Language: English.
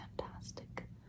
fantastic